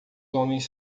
homens